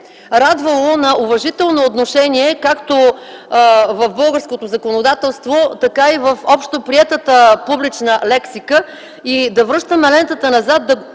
радвало на уважително отношение както в българското законодателство, така и в общоприетата публична лексика. Да връщаме лентата назад и да говорим